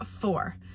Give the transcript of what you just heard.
four